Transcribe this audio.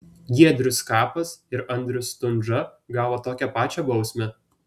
giedrius skapas ir andrius stundža gavo tokią pačią bausmę